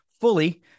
fully